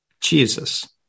Jesus